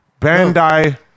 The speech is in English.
Bandai